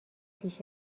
پیش